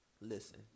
Listen